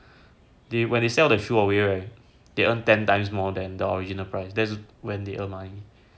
they when they sell the shoe away right they earn ten times more than the original price that's when they earn money